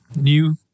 new